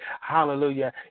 Hallelujah